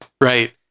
Right